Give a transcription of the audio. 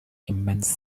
immense